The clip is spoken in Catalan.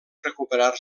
recuperar